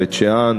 בית-שאן,